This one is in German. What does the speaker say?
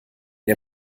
der